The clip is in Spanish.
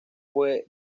fue